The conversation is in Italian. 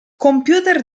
computer